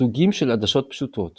סוגים של עדשות פשוטות